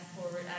forward